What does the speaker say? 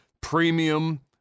premium